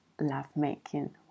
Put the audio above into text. lovemaking